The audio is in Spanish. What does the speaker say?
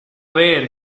ver